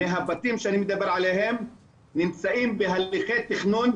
מהבתים שאני מדבר עליהם נמצאים בהליכי תכנון,